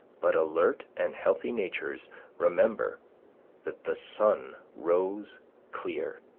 but alert and healthy natures remember that the sun rose clear.